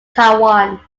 taiwan